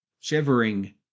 shivering